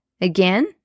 Again